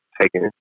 taking